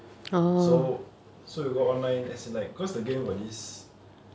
so so you go online as in like cause the game got this